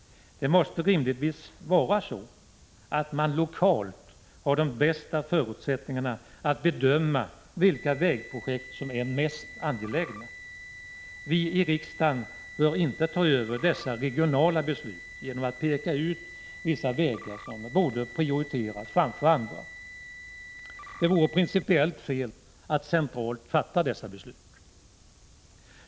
Det måste rimligtvis vara så att man lokalt har de bästa förutsättningarna att bedöma vilka vägprojekt som är mest angelägna. Vi i riksdagen bör inte ta över dessa regionala beslut genom att peka ut vissa vägar som borde prioriteras framför andra. Det vore principiellt fel att centralt fatta dessa beslut.